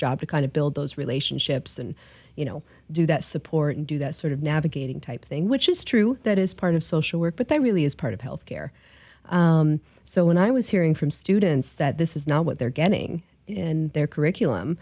job to kind of build those relationships and you know do that support and do that sort of navigating type thing which is true that is part of social work but that really is part of health care so when i was hearing from students that this is not what they're getting in their curriculum